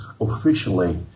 officially